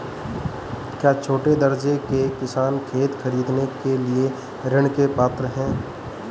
क्या छोटे दर्जे के किसान खेत खरीदने के लिए ऋृण के पात्र हैं?